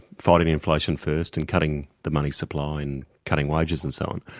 fighting inflation first and cutting the money supply and cutting wages and so on.